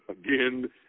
again